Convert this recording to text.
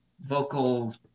vocal